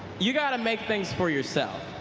you got to make things for yourself.